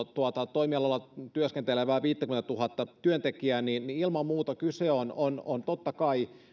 toimialalla työskentelevää viittäkymmentätuhatta työntekijää niin ilman muuta kyse on on totta kai